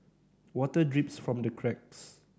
water drips from the cracks